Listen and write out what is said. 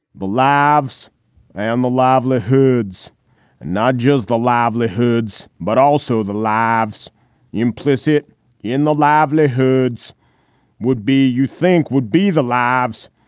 the lives and the livelihoods and not just the livelihoods, but also the lives implicit in the livelihoods would be you think would be the lives.